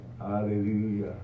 hallelujah